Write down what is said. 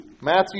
Matthew